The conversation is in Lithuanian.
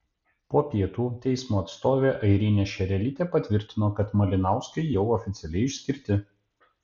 po pietų teismo atstovė airinė šerelytė patvirtino kad malinauskai jau oficialiai išskirti